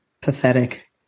pathetic